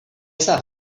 zahar